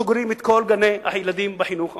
סוגרים את כל גני-הילדים בחינוך הממלכתי.